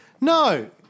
No